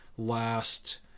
Last